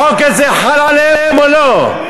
החוק הזה חל עליהם או לא?